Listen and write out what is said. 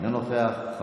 אינו נוכח.